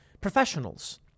professionals